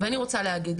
ואני רוצה להגיד,